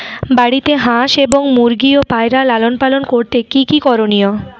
বাড়িতে হাঁস এবং মুরগি ও পায়রা লালন পালন করতে কী কী করণীয়?